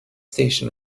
station